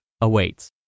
awaits